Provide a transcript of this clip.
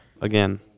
Again